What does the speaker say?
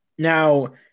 Now